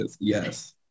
yes